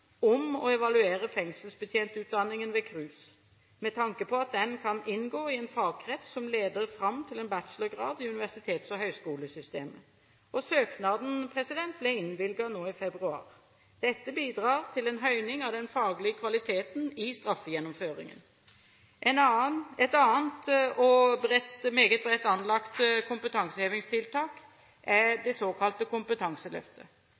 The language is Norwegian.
om å evaluere fengselsbetjentutdanningen ved KRUS med tanke på at den kan inngå i en fagkrets som leder fram til en bachelorgrad i universitets- og høyskolesystemet. Søknaden ble innvilget nå i februar. Dette bidrar til en høyning av den faglige kvaliteten i straffegjennomføringen. Et annet, meget bredt anlagt kompetansehevingstiltak er det såkalte Kompetanseløftet.